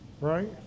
right